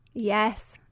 yes